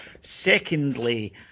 Secondly